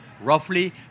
Roughly